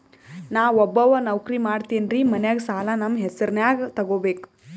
ನಾ ಒಬ್ಬವ ನೌಕ್ರಿ ಮಾಡತೆನ್ರಿ ಮನ್ಯಗ ಸಾಲಾ ನಮ್ ಹೆಸ್ರನ್ಯಾಗ ತೊಗೊಬೇಕ?